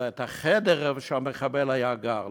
אלא את החדר שבו המחבל היה גר,